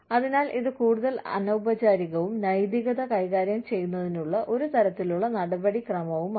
അതിനാൽ ഇത് കൂടുതൽ അനൌപചാരികവും നൈതികത കൈകാര്യം ചെയ്യുന്നതിനുള്ള ഒരു തരത്തിലുള്ള നടപടിക്രമവുമാണ്